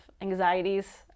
anxieties